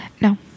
No